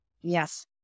Yes